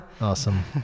Awesome